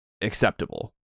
acceptable